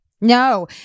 No